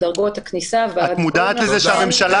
מדרגות הכניסה ועד --- את מודעת לזה שהממשלה